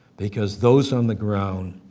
because those on the ground